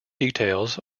details